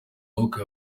maboko